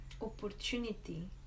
opportunity